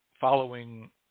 following